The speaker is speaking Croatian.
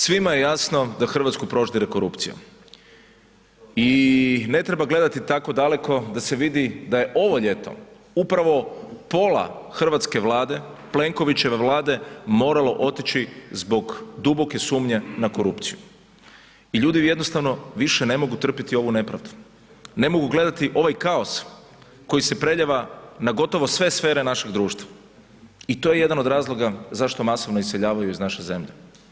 Svima je jasno da Hrvatsku proždire korupcija i ne treba gledati tako daleko da se vidi da je ovo ljeto upravo pola hrvatske Vlade, Plenkovićeve vlade moralo otići zbog duboke sumnje na korupciju i ljudi jednostavno više ne mogu trpiti ovu nepravdu, ne mogu gledati ovaj kaos koji se preljeva na gotovo sve sfere našeg društva i to je jedan od razloga zašto masovno iseljavaju iz naše zemlje.